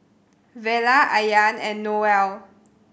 Vella Ayaan and Noel